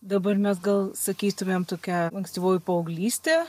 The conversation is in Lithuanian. dabar mes gal sakytumėm tokia ankstyvoji paauglystė